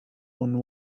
one